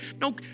No